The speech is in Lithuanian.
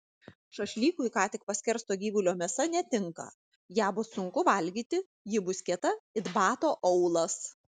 šašlykui ką tik paskersto gyvulio mėsa netinka ją bus sunku valgyti ji bus kieta it bato aulas